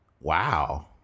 Wow